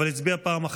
אבל הצביע פעם,